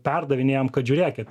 perdavinėjam kad žiūrėkit